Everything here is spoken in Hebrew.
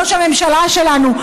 ראש הממשלה שלנו,